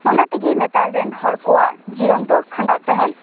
ᱚᱱᱟᱛᱮᱜᱮ ᱱᱮᱛᱟᱨ ᱨᱮᱱ ᱦᱚᱲ ᱠᱚᱣᱟᱜ ᱡᱤᱭᱚᱱ ᱫᱚ ᱠᱷᱟᱸᱰᱟᱜ ᱛᱟᱦᱮᱸᱱ